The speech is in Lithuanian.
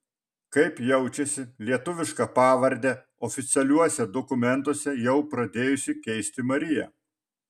kaip jaučiasi lietuvišką pavardę oficialiuose dokumentuose jau pradėjusi keisti marija